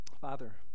Father